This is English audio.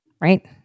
right